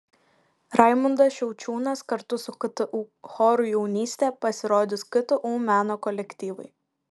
raimundas šiaučiūnas kartu su ktu choru jaunystė pasirodys ktu meno kolektyvai